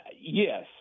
Yes